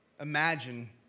imagine